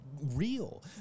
real